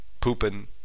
pooping